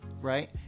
right